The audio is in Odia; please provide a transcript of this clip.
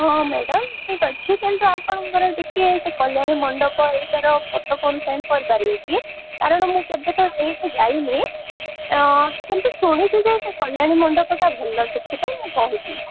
ହଁ ମ୍ୟାଡ଼ାମ୍ ଠିକ୍ ଅଛି କିନ୍ତୁ ଆପଣଙ୍କର ଟିକେ ସେ କଲ୍ୟାଣୀ ମଣ୍ଡପ ଏଇକାର ଫଟୋ କ'ଣ ସେଣ୍ଡ୍ କରିପାରିବେ କି କାରଣ ମୁଁ କେବେତ ସେଇଟି ଯାଇନି କିନ୍ତୁ ଶୁଣିଛି ଯେ ସେ କଲ୍ୟାଣୀ ମଣ୍ଡପଟା ଭଲ ସେଥିପାଇଁ ମୁଁ କହୁଛି